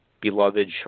beloved